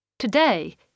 Today